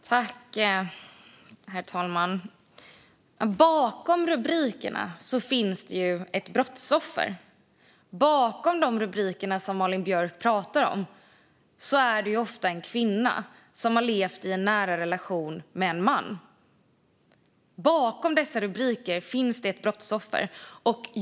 Herr talman! Bakom rubrikerna finns det ju ett brottsoffer. Bakom de rubriker som Malin Björk pratar om är det ofta en kvinna som har levt i en nära relation med en man.